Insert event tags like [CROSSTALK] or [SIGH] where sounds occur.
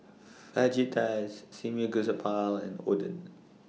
Fajitas [UNINTELLIGIBLE] and Oden